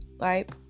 right